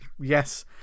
Yes